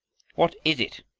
what is it?